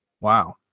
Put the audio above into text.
Wow